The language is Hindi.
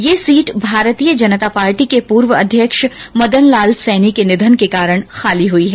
यह सीट भारतीय जनता पार्टी के पूर्व प्रदेश अध्यक्ष मदनलाल सैनी के निधन के कारण खाली हुई है